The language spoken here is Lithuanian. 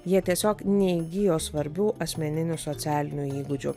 jie tiesiog neįgijo svarbių asmeninių socialinių įgūdžių